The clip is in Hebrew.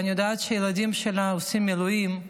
ואני יודעת שהילדים שלה עושים מילואים,